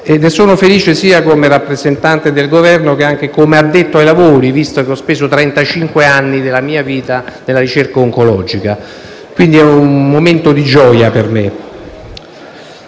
ne sono felice sia come rappresentante del Governo che come addetto ai lavori, visto che ho speso trentacinque anni della mia vita nella ricerca oncologica. Quindi, questo è un momento di gioia per me.